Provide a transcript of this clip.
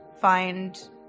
find